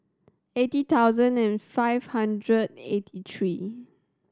eighty thousand and five hundred eighty three